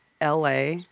LA